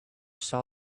saw